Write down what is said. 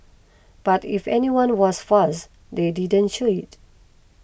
but if anyone was fazed they didn't show it